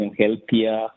healthier